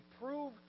prove